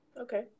Okay